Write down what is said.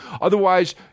Otherwise